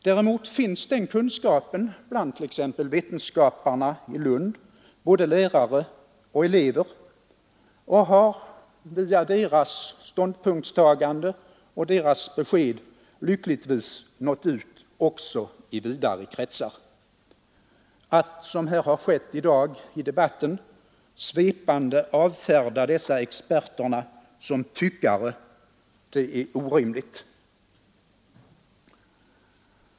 Däremot finns den kunskapen bland t.ex. vetenskaparna i Lund, både lärare och elever, och har via deras ståndpunktstagande och deras besked lyckligtvis nått ut också i vidare kretsar. Att som här har skett i debatten svepande avfärda dessa experter som ”tyckare” är orimligt.